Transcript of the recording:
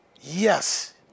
Yes